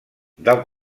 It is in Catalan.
del